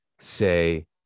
say